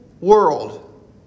world